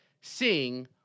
Sing